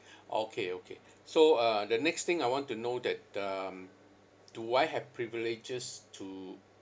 okay okay so uh the next thing I want to know that um do I have privileges to